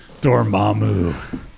Dormammu